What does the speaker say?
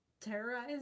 terrorize